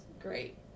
great